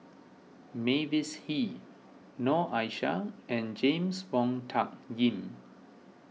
Mavis Hee Noor Aishah and James Wong Tuck Yim